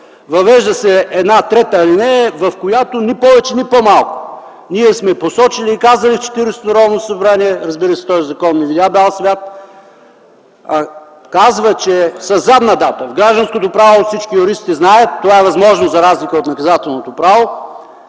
Въвежда се една 3 алинея, в която ни повече, ни по-малко сме посочили и казали в Четиридесетото Народно събрание – разбира се, този закон не видя бял свят, че със задна дата – в гражданското право, всички юристи знаят, това е възможно, за разлика от наказателното право,